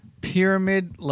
Pyramid